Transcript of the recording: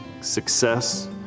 success